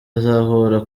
azahura